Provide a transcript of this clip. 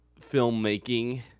filmmaking